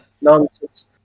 nonsense